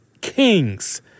Kings